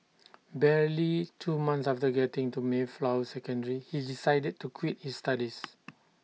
barely two months after getting into Mayflower secondary he decided to quit his studies